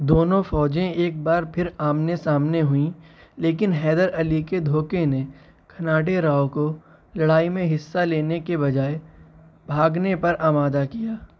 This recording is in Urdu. دونوں فوجیں ایک بار پھر آمنے سامنے ہوئی لیکن حیدر علی کے دھوکے نے کھناڈے راؤ کو لڑائی میں حصہ لینے کے بجائے بھاگنے پر آمادہ کیا